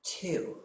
Two